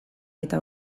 eta